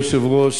אדוני היושב-ראש,